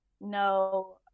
no